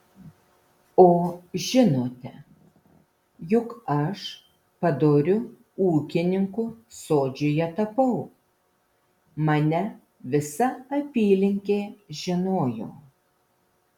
o žinote juk aš padoriu ūkininku sodžiuje tapau mane visa apylinkė žinojo